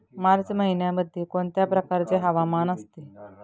मार्च महिन्यामध्ये कोणत्या प्रकारचे हवामान असते?